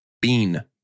bean